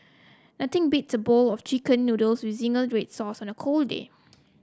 nothing beats a bowl of chicken noodles with zingy red sauce on a cold day